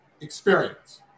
experience